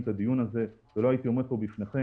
את הדיון הזה ולא הייתי עומד פה בפניכם.